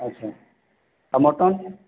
ଆଚ୍ଛା ଆଉ ମଟନ୍